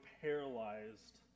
paralyzed